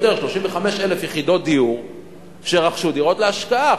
35,000 יחידות דיור שנרכשו כדירות להשקעה.